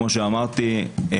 כמו שאמרתי,